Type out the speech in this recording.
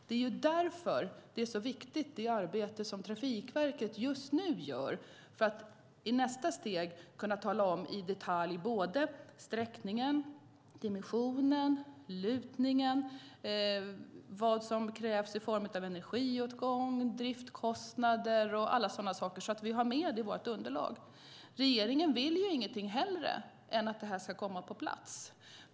Det är därför det är så viktigt med det arbete som Trafikverket gör just nu för att i nästa steg i detalj kunna tala om sträckningen, dimensionen, lutningen, energiåtgången, driftskostnaderna och alla sådana saker, så att vi får med det i vårt underlag. Regeringen vill ingenting hellre än att detta ska komma på plats.